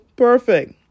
Perfect